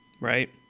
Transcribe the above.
right